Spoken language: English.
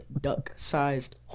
duck-sized